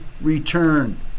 return